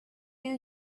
you